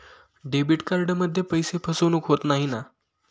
Debit कार्डमध्ये पैसे फसवणूक होत नाही ना?